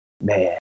man